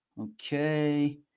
Okay